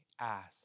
ask